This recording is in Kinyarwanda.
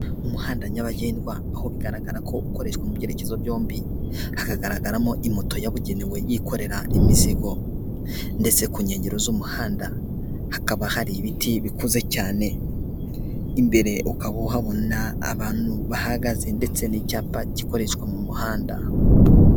Umuhanda nyabagendwa aho bigaragara ko ukoreshwa mu byerekezo byombi, hakagaragaramo imoto yabugenewe yikorera imizigo ndetse ku nkengero z'umuhanda hakaba hari ibiti bikuze cyane, imbere ukaba uhabona abantu bahagaze ndetse n'icyapa gikoreshwa mu muhanda.